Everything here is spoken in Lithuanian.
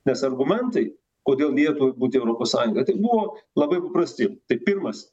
nes argumentai kodėl lietuvai būti europos sąjungoj buvo labai paprasti tai pirmas